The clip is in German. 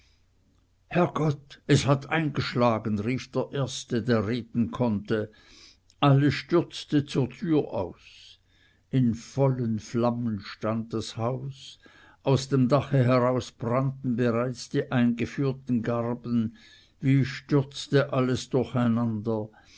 herrgott es hat eingeschlagen rief der erste der reden konnte alles stürzte zur türe aus in vollen flammen stand das haus aus dem dache heraus brannten bereits die eingeführten garben wie stürzte alles durch